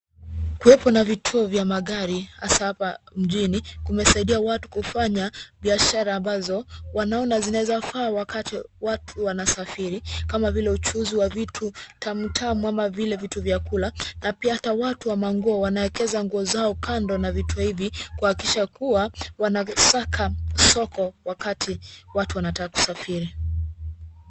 Kuwepo na vituo vya magari hasa hapa mjini kumesaidia watu kufanya biashara ambazo wanaona zinawezafaa wakati watu wanasafiri kama vile uchuuzi wa vitu tamu tamu ama vile vitu vya kula na pia hata watu wa manguo wanaekeza nguo zao kando na vitu hivi kuhakikisha kuwa wanasaka soko wakati watu wanataka kusafiri.